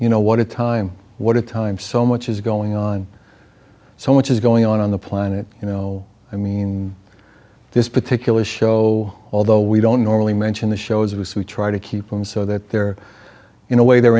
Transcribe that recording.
you know what time what time so much is going on so much is going on on the planet you know i mean this particular show although we don't normally mention the show as it was we try to keep them so that they're in a way they're